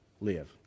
live